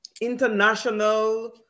international